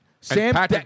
Sam